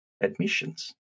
admissions